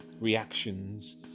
reactions